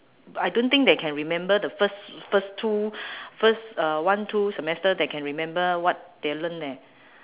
I don't think they can remember the first first two first uh one two semester they can remember what they learn leh